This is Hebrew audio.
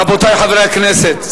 רבותי חברי הכנסת,